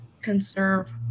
conserve